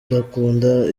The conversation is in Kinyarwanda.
udakunda